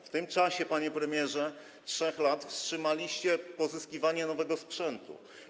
W tym czasie, panie premierze, w ciągu 3 lat, wstrzymaliście pozyskiwanie nowego sprzętu.